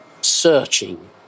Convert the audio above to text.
searching